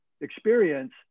experience